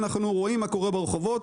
אנחנו רואים מה קורה ברחובות.